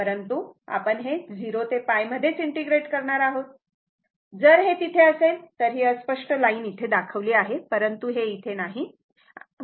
परंतु आपण हे 0 ते π मध्येच इंटिग्रेट करणार आहोत जर हे तिथे असेल तर ही अस्पष्ट लाईन दाखवली आहे परंतु हे इथे नाही